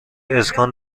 اسکان